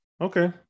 okay